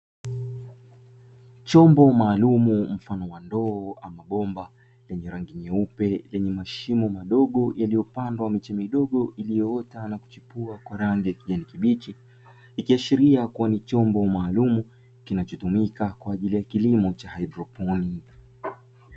Chombo maalum mfano wa ndoo ama bomba lenye rangi nyeupe lenye mashimo madogo yaliyopandwa miche midogo iliyoanza kuchipua kwa rangi ya kijani kibichi. Ikiaashiria kuwa ni chombo maalumu kinachotumika kwa ajili ya kilimo cha haidroponi.